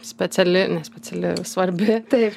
speciali ne speciali svarbi taip